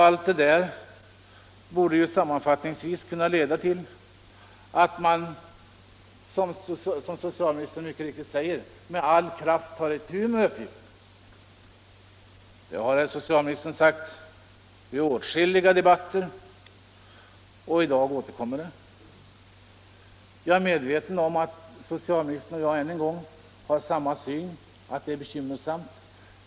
Allt detta borde sammanfattningsvis kunna leda till att man, som socialministern mycket riktigt säger, med all kraft tar itu med uppgiften. Det har socialministern sagt i åtskilliga debatter, och i dag återkommer det uttalandet. Jag är medveten om att socialministern och jag än en gång har samma syn, att läget är bekymmersamt.